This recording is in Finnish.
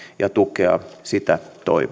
ja tukea sitä